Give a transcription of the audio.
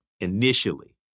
initially